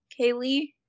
Kaylee